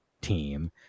team